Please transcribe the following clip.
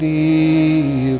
the